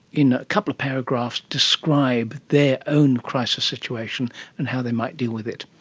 in a couple of paragraphs, describe their own crisis situation and how they might deal with it?